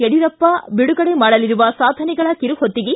ಯಡಿಯೂರಪ್ಪ ಬಿಡುಗಡೆ ಮಾಡಲಿರುವ ಸಾಧನೆಗಳ ಕಿರುಹೊತ್ತಿಗೆ